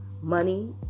money